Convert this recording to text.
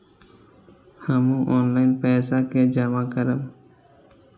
हमू ऑनलाईनपेसा के जमा करब?